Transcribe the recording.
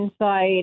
inside